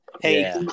Hey